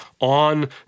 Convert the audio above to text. on